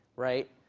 right?